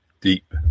Deep